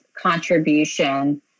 contribution